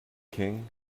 king